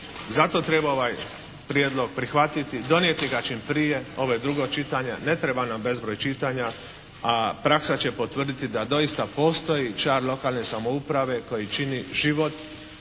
Zato treba ovaj prijedlog prihvatiti, donijeti ga čim prije, ovo je drugo čitanje. Ne treba nam bezbroj čitanja a praksa će potvrditi da doista postoji čar lokalne samouprave koji čini život